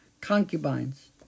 concubines